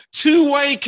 two-way